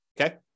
okay